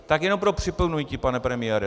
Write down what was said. Tak jenom pro připomenutí, pane premiére.